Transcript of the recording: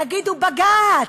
יגידו: בג"ץ,